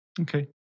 Okay